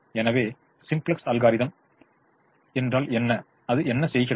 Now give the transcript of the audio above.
எனவே simplex algorithm என்ன செய்கிறது